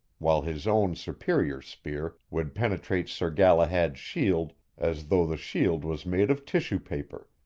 while his own superior spear would penetrate sir galahad's shield as though the shield was made of tissue paper,